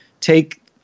take